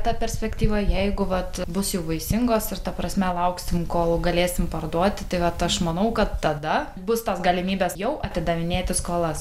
ta perspektyva jeigu vat bus jau vaisingos ir ta prasme lauksim kol galėsim parduoti tai vat aš manau kad tada bus tos galimybės jau atidavinėti skolas